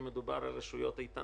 אם מדובר על רשויות איתנות,